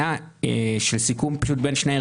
הם שוטרים זמניים.